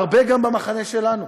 הרבה גם במחנה שלנו,